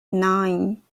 nine